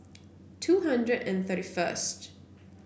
two hundred and thirty first